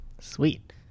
Sweet